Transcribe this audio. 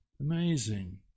Amazing